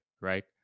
right